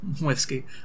whiskey